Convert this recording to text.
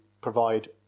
provide